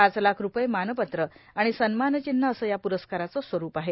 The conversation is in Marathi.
पाच लाख रूपये मानपत्र आणि सन्मानचिव्ह असं या प्ररस्काराचं स्वरूप आहे